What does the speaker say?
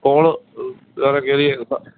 phone വന്ന്